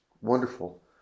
wonderful